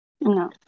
No